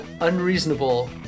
unreasonable